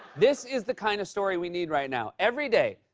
this is the kind of story we need right now. every day,